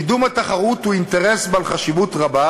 קידום התחרות הוא אינטרס בעל חשיבות רבה,